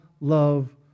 love